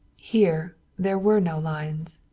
here there were no lines.